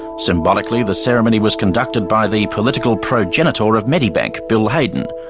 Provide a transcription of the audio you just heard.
symbolically, the ceremony was conducted by the political progenitor of medibank, bill hayden,